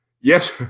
yes